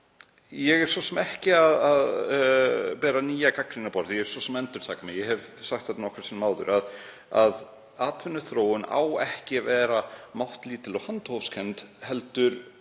Ég er svo sem ekki að bera nýja gagnrýni á borð, ég er að endurtaka mig. Ég hef sagt það nokkrum sinnum áður að atvinnuþróun á ekki vera máttlítil og handahófskennd heldur